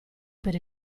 per